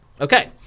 Okay